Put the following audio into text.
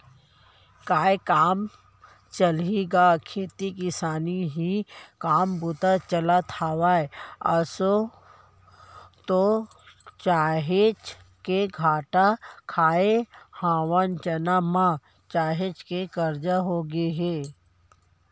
काय काम चलही गा खेती किसानी के ही काम बूता चलत हवय, आसो तो काहेच के घाटा खाय हवन चना म, काहेच के करजा होगे हे